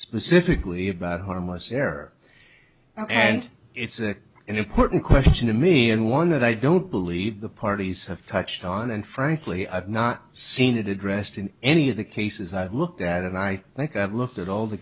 specifically about harmless error and it's important question to me and one that i don't believe the parties have touched on and frankly i've not seen it addressed in any of the cases i've looked at and i think i've looked at all the